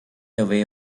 away